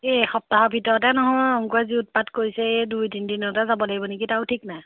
এই এসপ্তাহৰ ভিতৰতে নহয় অংকুৰে যি উৎপাত কৰিছে এই দুই তিনি দিনতে যাব লাগিব নেকি তাৰো ঠিক নাই